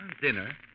dinner